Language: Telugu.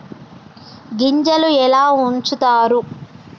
గింజలు ఎలా ఉంచుతారు?